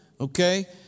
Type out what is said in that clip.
okay